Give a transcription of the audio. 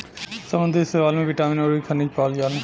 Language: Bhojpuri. समुंदरी शैवाल में बिटामिन अउरी खनिज पावल जाला